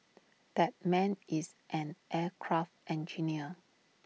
that man is an aircraft engineer